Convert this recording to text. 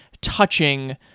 touching